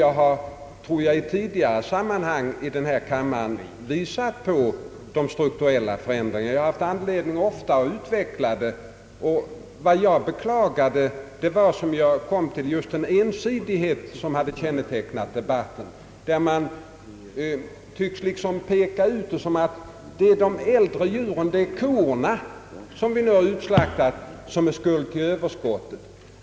Jag har i tidigare sammanhang i kammaren visat på de strukturella förändringarna. Jag har ofta haft anledning utveckla detta, och vad jag beklagade var just den ensidighet som kännetecknat debatten. Man tycktes liksom peka ut att det är de äldre djuren — korna som man vill ha utslagna — som skulle orsaka överskottet.